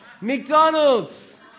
McDonald's